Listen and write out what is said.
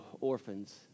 orphans